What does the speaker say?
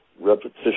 repetition